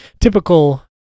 typical